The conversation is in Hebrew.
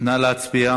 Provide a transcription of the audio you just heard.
נא להצביע.